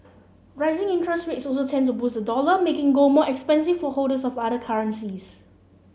rising interest rates also tend to boost the dollar making gold more expensive for holders of other currencies